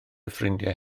ffrindiau